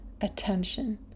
attention